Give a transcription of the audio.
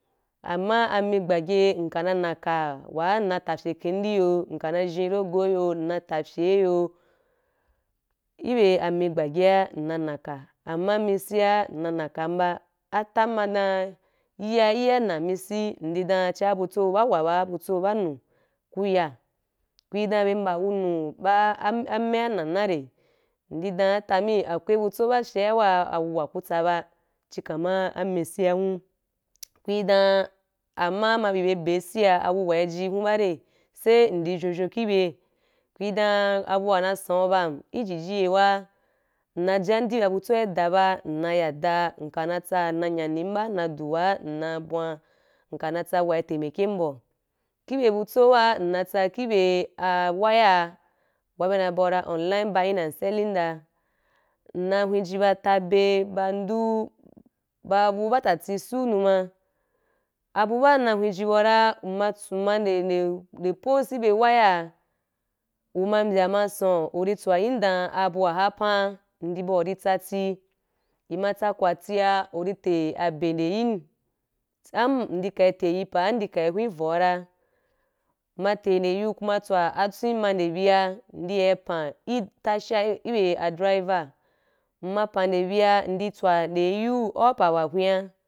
Amma ame bɛgye, nka nɛ ka wa’a nna ta pyeken ndi yu, nka na zhi rogo, iyu nna ta pye iyu ibe ame bagye nna na ka. Amma amesi nna na kam ba, atan ma dɛn iya iya’a namesi, nde dɛn ciya butso ba wa ba, abutso ba’nu, ku y. Kui dan be mbɛn wunu ba ame wa na na ire? Nde dan atami, akwai butso wa fye wa a uwa ku tsabɛn chi “kamar” amesi hu, kur dan amma ma bi be ben si ya auwa ji hu ba re? Sai nde vyon vyon ki bau, kui dan abuwa na san’u ba ijiji ye wa nna jamdi ba butso idui ba, nka na ya daì, nka natsa nna nyani ba, nna du wa nna bwan, nka natsa bu’a itamaki ba. Ki be butso wa nnatsa ki be awaya, wa’a be na bu’ra online buying and selling dan, nna wenji ba tabe ba nadu, ba batiti. Suo numa. Abu ban nna wenji, bua ra, mma nde de pooh ki be “waya”, uma mbya ma san, uri twa’n dan abu wa’a a a pɛn? Nde bua ri tsati, nma tsakwati uri ta be nde yin, am ndi ka’n ta ye pa am nde ka nweh voa, ma ta nde yu, ko una twa atwen ma nde bya’a ndi ya pan itasha, ibe a driver, nma pan nde bya nde lwa yu au pa wa weh’h.